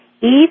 Eve